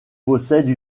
possède